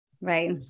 Right